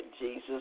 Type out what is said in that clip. Jesus